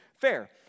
Fair